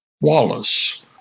Wallace